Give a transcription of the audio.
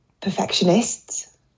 perfectionists